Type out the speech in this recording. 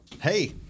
hey